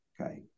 Okay